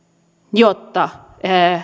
jotta